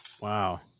Wow